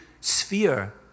sphere